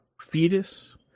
fetus